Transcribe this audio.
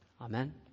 Amen